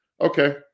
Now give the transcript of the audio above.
okay